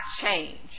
change